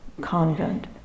convent